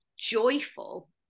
joyful